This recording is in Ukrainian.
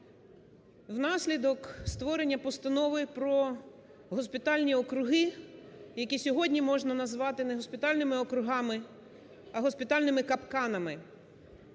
Внаслідок створення постанови про госпітальні округи, які сьогодні можна назвати не госпітальними округами, а госпітальними капканами,